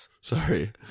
sorry